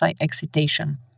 excitation